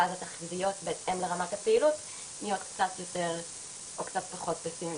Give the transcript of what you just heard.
ואז התחזיות נהיות קצת פחות פאסימיות.